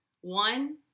One